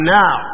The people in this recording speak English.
now